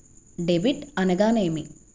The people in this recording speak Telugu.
డెబిట్ అనగానేమి?